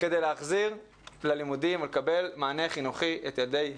כדי להחזיר ללימודים את ילדי ה' י' ולקבל מענה חינוכי בשבילם.